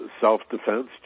self-defense